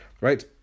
right